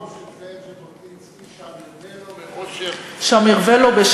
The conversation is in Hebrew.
במאמרו של זאב ז'בוטינסקי: שם ירווה לו מאושר,